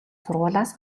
сургуулиас